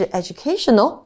educational